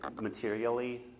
materially